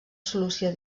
solució